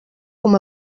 com